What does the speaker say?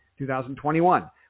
2021